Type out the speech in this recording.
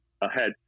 ahead